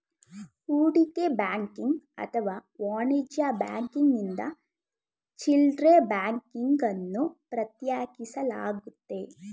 ಹೂಡಿಕೆ ಬ್ಯಾಂಕಿಂಗ್ ಅಥವಾ ವಾಣಿಜ್ಯ ಬ್ಯಾಂಕಿಂಗ್ನಿಂದ ಚಿಲ್ಡ್ರೆ ಬ್ಯಾಂಕಿಂಗ್ ಅನ್ನು ಪ್ರತ್ಯೇಕಿಸಲಾಗುತ್ತೆ